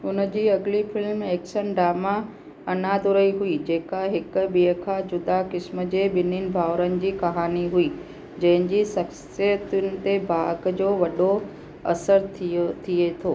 हुन जी अॻली फ़िल्म एक्शन ड्रामा अन्नादुरई हुई जेका हिक ॿिए खां जुदा क़िस्म जे ॿिम्हिनि भाउरनि जी कहाणी हुई जंहिं जी ख़ाख़्सियतुनि ते भाॻ जो वॾो असरु थियो थिए थो